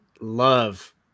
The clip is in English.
love